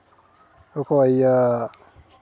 ᱚᱠᱚᱭ ᱤᱭᱟᱹ